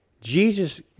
Jesus